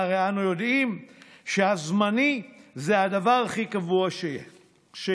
והרי אנו יודעים שהזמני זה הדבר הכי קבוע שיש.